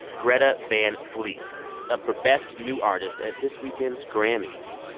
greta van fleet up for best new artist at this weekend's grammys.